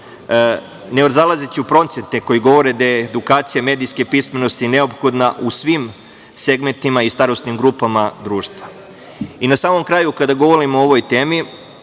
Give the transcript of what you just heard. ne zalazeći u procente koji govore da je edukacija medijske pismenosti neophodna u svim segmentima i starosnim grupama društva. Na samom kraju, kada govorimo o ovoj temi